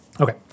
Okay